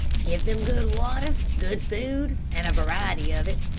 give them good water, good food, and a variety of it,